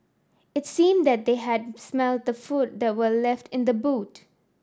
it seemed that they had smelt the food that were left in the boot